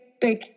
big